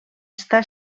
està